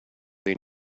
they